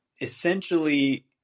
essentially